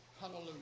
Hallelujah